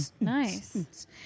Nice